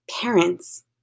parents